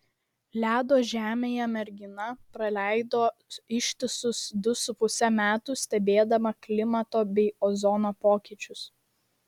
ledo žemėje mergina praleido ištisus du su puse metų stebėdama klimato bei ozono pokyčius